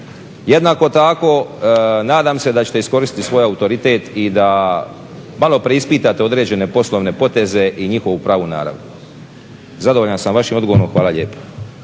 Jednako tako, nadam se da ćete iskoristiti svoj autoritet i da malo preispitate određene poslovne poteze i njihovu pravu narav. Zadovoljan sam vašim odgovorom. Hvala lijepa.